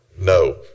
No